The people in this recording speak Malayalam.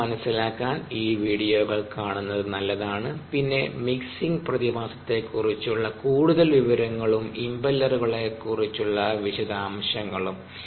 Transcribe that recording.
ആശയം മനസ്സിലാക്കാൻ ഈ വീഡിയോകൾ കാണുന്നത് നല്ലതാണ്പിന്നെ മിക്സിംഗ് പ്രതിഭാസത്തെ കുറിച്ചുള്ള കൂടുതൽ വിവരങ്ങളും ഇംപെല്ലറുകളെ കുറിച്ചുള്ള വിശദാംശങ്ങളും